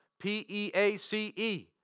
P-E-A-C-E